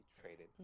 traded